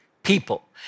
People